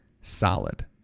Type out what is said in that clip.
solid